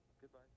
Goodbye